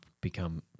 become